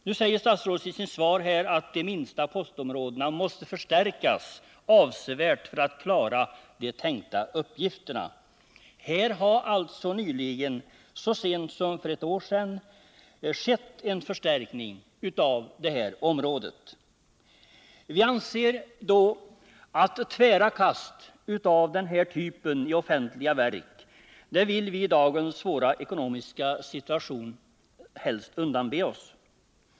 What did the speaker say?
Statsrådet säger i sitt svar att de minsta postområdena avsevärt måste förstärkas för att klara de tänkta uppgifterna, Men så sent som för ett år sedan skedde alltså en förstärkning av detta område. I dagens svåra ekonomiska situation vill vi helst undanbe oss denna typ av tvära kast i offentliga verk.